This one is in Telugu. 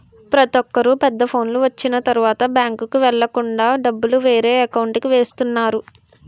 ప్రతొక్కరు పెద్ద ఫోనులు వచ్చిన తరువాత బ్యాంకుకి వెళ్ళకుండా డబ్బులు వేరే అకౌంట్కి వేస్తున్నారు